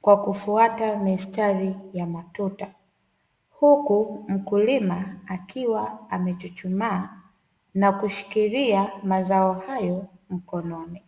kwa kufuata mistari ya matuta, huku mkulima akiwa amechuchumaa na kushikilia mazao hayo mkononi.